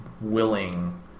willing